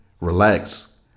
relax